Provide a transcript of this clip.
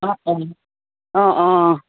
অঁ অঁ অঁ অঁ